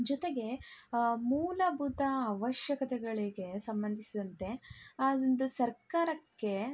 ಜೊತೆಗೆ ಮೂಲಭೂತ ಅವಶ್ಯಕತೆಗಳಿಗೆ ಸಂಬಂಧಿಸಿದಂತೆ ಆ ಒಂದು ಸರ್ಕಾರಕ್ಕೆ